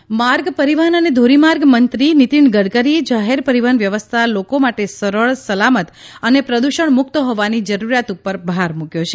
ગડકરી માર્ગ પરિવહન અને ધોરીમાર્ગ મંત્રી નીતિન ગડકરીએ જાહેર પરિવહન વ્યવસ્થા લોકો માટે સરળ સલામત અને પ્રદૂષણ મુક્ત હોવાની જરૂરિયાત ઉપર ભાર મૂક્યો છે